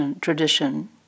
tradition